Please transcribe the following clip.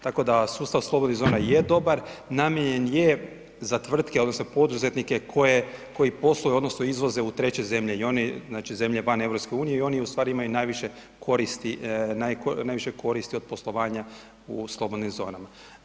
Tako da sustav slobodnih zona je dobar, namijenjen je za tvrtke, odnosno poduzetnike koji posluju odnosno izvoze u treće zemlje i oni, znači zemlje van EU i oni ustvari imaju najviše koristi od poslovanja u slobodnim zonama.